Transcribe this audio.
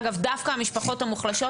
אגב דווקא המשפחות המוחלשות,